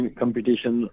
competition